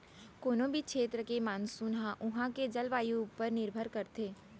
कोनों भी छेत्र के मानसून ह उहॉं के जलवायु ऊपर निरभर करथे